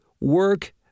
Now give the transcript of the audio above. work